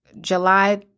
July